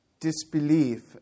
disbelief